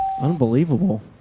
Unbelievable